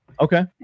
Okay